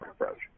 approach